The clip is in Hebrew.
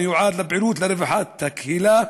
המיועד לפעילות לרווחת הקהילה,